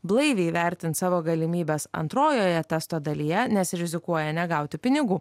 blaiviai vertint savo galimybes antrojoje testo dalyje nes rizikuoja negauti pinigų